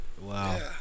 Wow